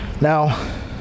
Now